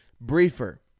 briefer